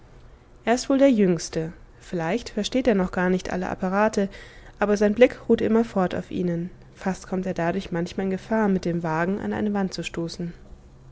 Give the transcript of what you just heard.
er ist wohl der jüngste vielleicht versteht er noch gar nicht alle apparate aber sein blick ruht immerfort auf ihnen fast kommt er dadurch manchmal in gefahr mit dem wagen an eine wand zu stoßen